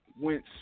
went